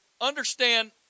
understand